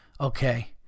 okay